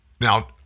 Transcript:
Now